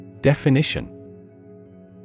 Definition